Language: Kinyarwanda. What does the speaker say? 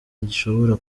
gishobora